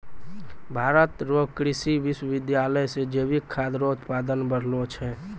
भारत रो कृषि विश्वबिद्यालय से जैविक खाद रो उत्पादन बढ़लो छै